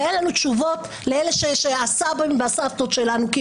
ואין לנו תשובות לסבים ולסבתות שלנו.